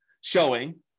showing